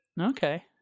Okay